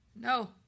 No